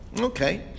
Okay